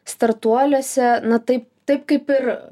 startuoliuose na tai taip kaip ir